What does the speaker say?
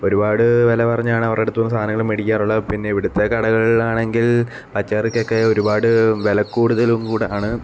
ഒരു പാട് വില പറഞ്ഞാണ് അവരുടെ അടുത്ത് നിന്ന് സാധനങ്ങള് മേടിക്കാറുള്ളത് പിന്നെ ഇവിടുത്തെ കടകളില് ആണെങ്കില് പച്ചക്കറിക്കൊക്കെ ഒരുപാട് വിലകൂടുതല് കൂടി ആണ്